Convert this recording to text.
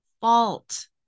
fault